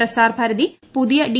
പ്രസാർഭാരതി പുതിയ ഡി